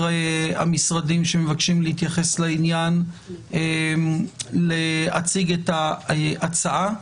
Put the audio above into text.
המשרדים שמבקשים להתייחס לעניין להציג את ההצעה.